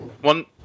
One